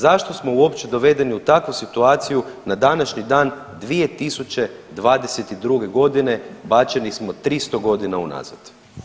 Zašto smo uopće dovedeni u takvu situaciju na današnji dan 2022.g. bačeni smo 300 godina unazad?